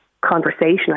Conversation